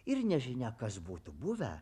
ir nežinia kas būtų buvę